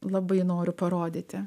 labai noriu parodyti